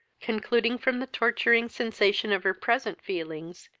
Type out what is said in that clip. concluding, from the torturing sensation of her present feelings,